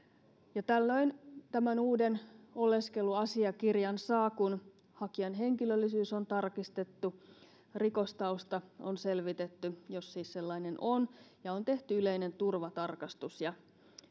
ja tällöin tämän uuden oleskeluasiakirjan saa kun hakijan henkilöllisyys on tarkistettu rikostausta on selvitetty jos siis sellainen on ja on tehty yleinen turvatarkastus ja